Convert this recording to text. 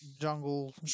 jungle